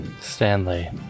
Stanley